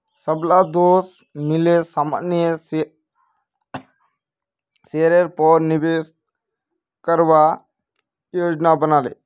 सबला दोस्त मिले सामान्य शेयरेर पर निवेश करवार योजना बना ले